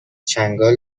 چنگال